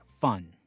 fun